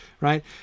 right